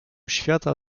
świata